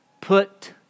Put